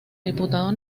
diputado